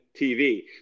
TV